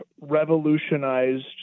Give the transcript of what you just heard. revolutionized